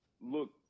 Look